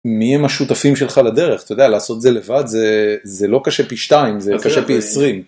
מי הם השותפים שלך לדרך, אתה יודע, לעשות את זה לבד זה לא קשה פי 2 זה קשה פי 20.